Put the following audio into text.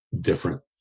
different